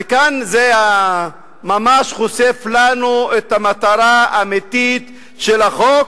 וכאן זה ממש חושף לנו את המטרה האמיתית של החוק,